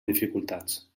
dificultats